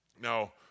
Now